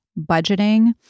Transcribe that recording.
budgeting